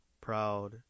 Proud